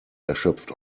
erschöpft